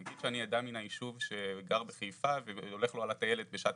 נגיד שאני אדם מן היישוב שגר בחיפה והולך לו על הטיילת בשעת